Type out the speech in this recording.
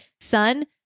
son